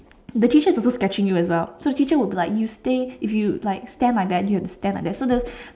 the teacher's also sketching you as well so the teacher would be like you stay if you like stand like that you will stand like that so you